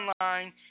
online